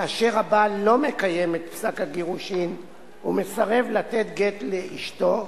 כאשר הבעל לא מקיים את פסק הגירושים ומסרב לתת גט לאשתו,